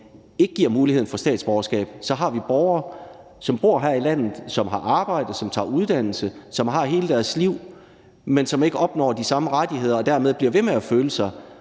ikke giver mulighed for statsborgerskab, har vi borgere, som bor her i landet, som har arbejde, som tager en uddannelse, og som har hele deres liv her, men som ikke opnår de samme rettigheder og dermed bliver ved med at føle sig